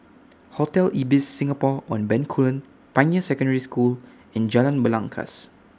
Hotel Ibis Singapore on Bencoolen Pioneer Secondary School and Jalan Belangkas